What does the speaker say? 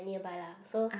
nearby lah so